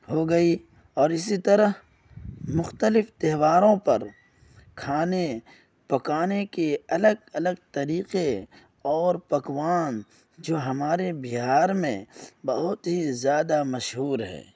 ہو گئی اور اسی طرح مختلف تہواروں پر کھانے پکانے کے الگ الگ طریقے اور پکوان جو ہمارے بہار میں بہت ہی زیادہ مشہور ہیں